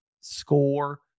score